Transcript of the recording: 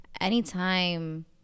anytime